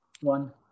one